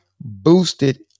Boosted